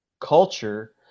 culture